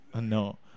no